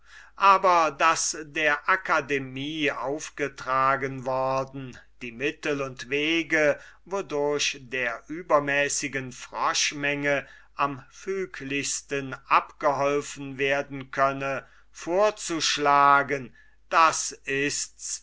aber daß der akademie aufgetragen worden die mittel und wege wodurch der übermäßigen froschmenge am füglichsten abgeholfen werden könne vorzuschlagen das ists